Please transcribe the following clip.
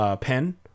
pen